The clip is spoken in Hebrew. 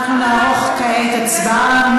נערוך כעת הצבעה.